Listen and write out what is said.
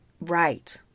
Right